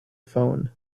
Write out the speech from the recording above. phone